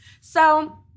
So-